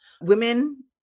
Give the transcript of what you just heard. Women